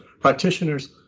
practitioners